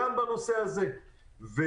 גם בנושא הזה זה ככה.